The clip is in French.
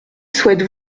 souhaite